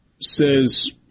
says